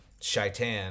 Shaitan